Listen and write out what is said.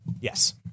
Yes